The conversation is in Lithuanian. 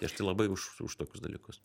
aš tai labai už už tokius dalykus